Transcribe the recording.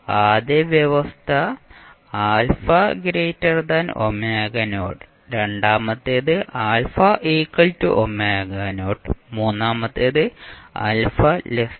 ആദ്യ വ്യവസ്ഥ α രണ്ടാമത്തേത് α മൂന്നാമത്തേത് α